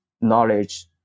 knowledge